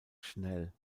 schnell